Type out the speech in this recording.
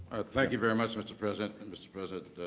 thank you very much, mr. president. and, mr. president,